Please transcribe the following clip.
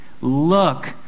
Look